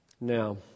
Now